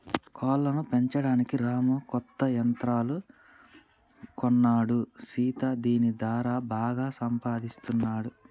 కోళ్లను పెంచడానికి రాము కొత్త యంత్రాలు కొన్నాడు సీత దీని దారా బాగా సంపాదిస్తున్నాడు